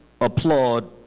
applaud